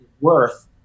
worth